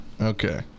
Okay